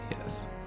yes